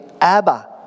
Abba